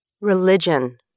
Religion